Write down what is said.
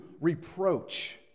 reproach